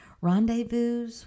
rendezvous